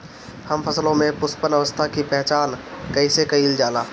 हम फसलों में पुष्पन अवस्था की पहचान कईसे कईल जाला?